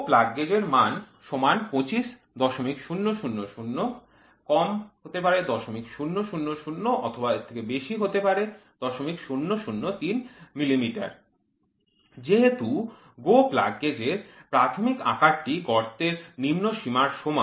plug gauge Go Plug gauge র মান ২৫০০০ ০০০০০০০৩ মিমি যেহেতু GO plug gauge এর প্রাথমিক আকারটি গর্তের নিম্নসীমার সমান